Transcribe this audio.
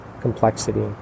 complexity